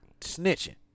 snitching